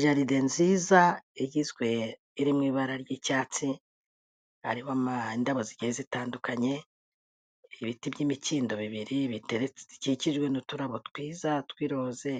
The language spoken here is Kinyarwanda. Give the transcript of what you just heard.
Jaride nziza igizwe iri mu ibara ry'icyatsi arimo indabo zi zitandukanye ibiti by'imikindo bibiri bikikijwe n'uturabo twiza twiroze